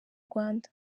rwanda